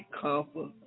comfort